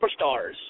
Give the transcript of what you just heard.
superstars